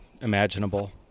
imaginable